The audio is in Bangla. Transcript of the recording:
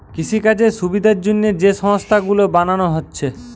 কৃষিকাজের সুবিধার জন্যে যে সংস্থা গুলো বানানা হচ্ছে